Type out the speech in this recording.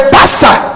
Pastor